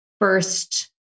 first